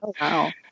wow